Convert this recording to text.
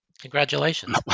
Congratulations